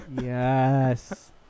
Yes